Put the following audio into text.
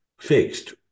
fixed